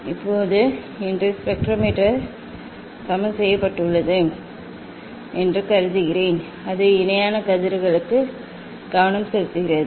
இப்போது இன்று spectrometer spectrometer சமன் செய்யப்பட்டுள்ளது என்று கருதுகிறேன் அது இணையான கதிர்களுக்கு கவனம் செலுத்துகிறது